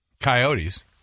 Coyotes